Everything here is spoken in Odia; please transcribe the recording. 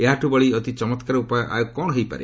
ଏହାଠୁ ବଳି ଅତି ଚମ୍କାର ଉପାୟ ଆଉ କ'ଣ ହୋଇପାରେ